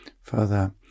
further